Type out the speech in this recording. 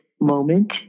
moment